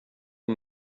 och